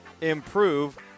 improve